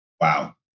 Wow